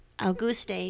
Auguste